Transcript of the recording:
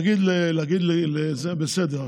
להגיד: בסדר,